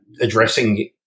addressing